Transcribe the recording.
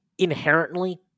inherently